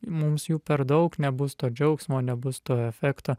mums jų per daug nebus to džiaugsmo nebus to efekto